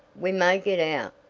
we may get out,